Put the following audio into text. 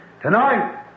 Tonight